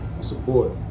Support